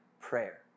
prayer